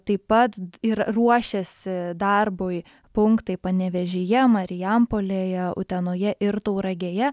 taip pat ir ruošiasi darbui punktai panevėžyje marijampolėje utenoje ir tauragėje